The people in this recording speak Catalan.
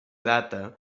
data